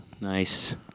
Nice